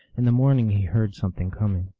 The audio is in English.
in the morning he heard something coming.